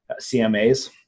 CMAs